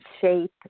shape